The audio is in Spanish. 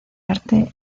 arte